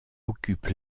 occupe